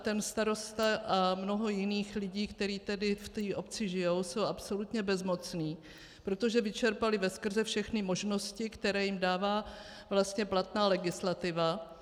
Ten starosta a mnoho jiných lidí, kteří v té obci žijou, jsou absolutně bezmocní, protože vyčerpali veskrze všechny možnosti, které jim dává platná legislativa.